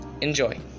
enjoy